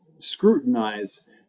scrutinize